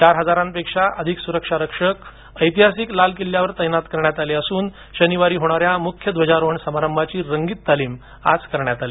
चार हजारपेक्षा अधिक सुरक्षा रक्षक लाल ऐतिहासिक लाल किल्ल्यावर तैनात करण्यात आले असून शनिवारी होणाऱ्या मुख्य ध्वजारोहण समारंभाची रंगीत तालीम आज करण्यात आली